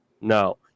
No